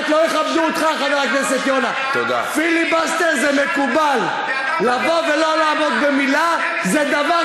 חבר הכנסת יונה, פיליבסטר מותר לעשות, לגיטימי.